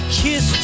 kiss